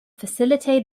facilitate